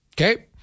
Okay